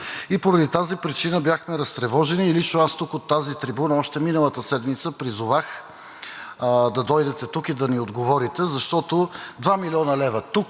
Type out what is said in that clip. Поради тази причина бяхме разтревожени и лично аз тук, от тази трибуна, още миналата седмица призовах да дойдете тук и да ни отговорите, защото 2 млн. лв. тук